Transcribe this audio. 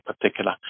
particular